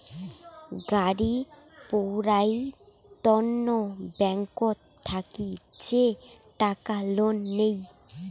গাড়ি পৌরাই তন্ন ব্যাংকত থাকি যে টাকা লোন নেই